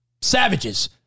savages